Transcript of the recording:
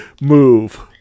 move